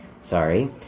sorry